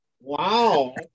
Wow